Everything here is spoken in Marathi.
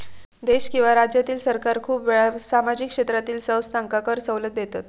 देश किंवा राज्यातील सरकार खूप वेळा सामाजिक क्षेत्रातील संस्थांका कर सवलत देतत